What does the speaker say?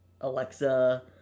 Alexa